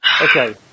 Okay